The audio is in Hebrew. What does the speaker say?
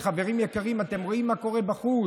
חברים יקרים, אתם רואים מה קורה בחוץ,